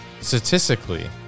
statistically